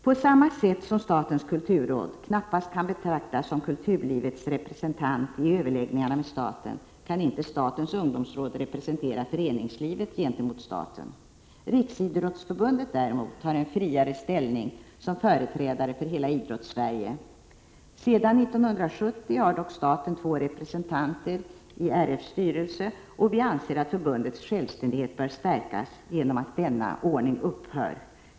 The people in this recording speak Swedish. På samma sätt som statens kulturråd knappast kan betraktas som kulturlivets representant i överläggningar med staten kan inte heller statens ungdomsråd representera föreningslivet gentemot staten. Riksidrottsförbundet, däremot, har en friare ställning som företrädare för hela Idrottssverige. Sedan 1970 har dock staten två representanter i RF:s styrelse, och vi anser att förbundets självständighet bör stärkas genom att denna ordning upphör.